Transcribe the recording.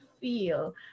feel